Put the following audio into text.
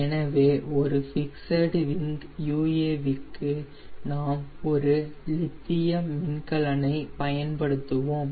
எனவே ஒரு fixed wing UAV க்கு நாம் ஒரு லித்தியம் பாலிமர் மின்கலன் ஐ பயன்படுத்துவோம்